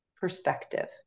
perspective